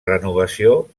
renovació